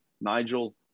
Nigel